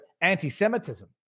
anti-Semitism